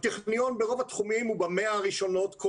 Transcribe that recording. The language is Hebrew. הטכניון ברוב התחומים הוא ב-100 הראשונות,